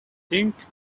think